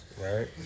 Right